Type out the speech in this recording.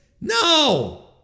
No